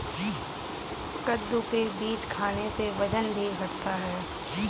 कद्दू के बीज खाने से वजन भी घटता है